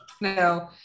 No